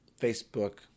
Facebook